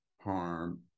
harm